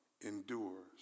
endures